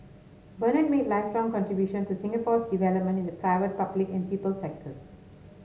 Bernard made lifelong contribution to Singapore's development in the private public and people sectors